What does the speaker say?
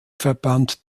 verband